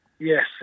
Yes